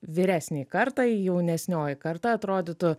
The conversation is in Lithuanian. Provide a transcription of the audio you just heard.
vyresnei kartai jaunesnioji karta atrodytų